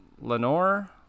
lenore